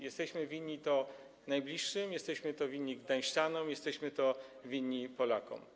Jesteśmy winni to najbliższym, jesteśmy to winni Gdańszczanom, jesteśmy to winni Polakom.